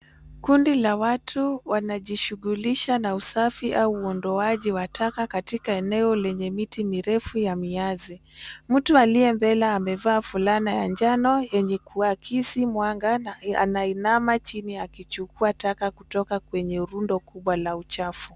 Kundi la watu wanajishughulisha na usafiri au uondoaji wa taka katika eneo lenye miti mirefu ya miazi. Mtu aliye mbele amevaa fulana ya njano yenye kuakisi mwanga na anainama chini akichukua taka kutoka kwenye rundo kubwa la uchafu.